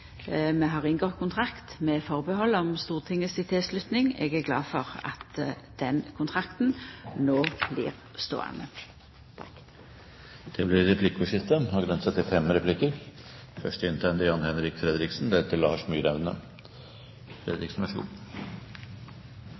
Vi har inngått kontrakt med atterhald om Stortingets tilslutning. Eg er glad for at den kontrakten no blir ståande. Det blir replikkordskifte. Under komiteens besøk i Vest-Finnmark og